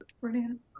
Brilliant